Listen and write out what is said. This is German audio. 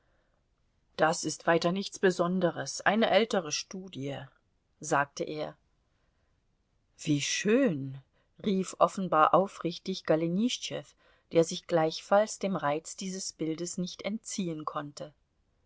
das ist weiter nichts besonderes eine ältere studie sagte er wie schön rief offenbar aufrichtig golenischtschew der sich gleichfalls dem reiz dieses bildes nicht entziehen konnte